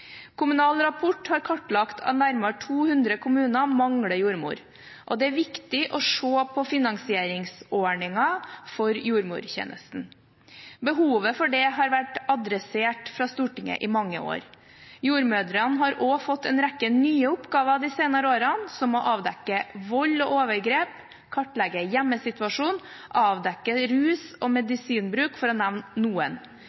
Kommunal Rapport har kartlagt at nærmere 200 kommuner mangler jordmor. Det er viktig å se på finansieringsordningen for jordmortjenesten. Behovet for det har vært tatt opp i Stortinget i mange år. Jordmødrene har også fått en rekke nye oppgaver de senere årene, som å avdekke vold og overgrep, kartlegge hjemmesituasjon, avdekke rus og medisinbruk, for å nevne noen.